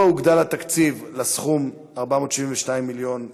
הוגדל התקציב לסכום של 472 מיליון פלוס?